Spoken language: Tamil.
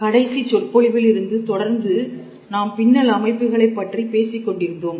கடைசி சொற்பொழிவில் இருந்து தொடர்ந்து நாம் பின்னல் அமைப்புகளை பற்றிப் பேசிக்கொண்டிருந்தோம்